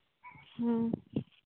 ᱦᱮᱸ